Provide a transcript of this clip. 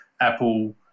Apple